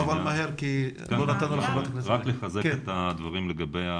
רק לחזק את הדברים לגבי ההסתגלות.